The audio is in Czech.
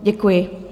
Děkuji.